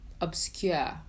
obscure